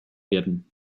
werden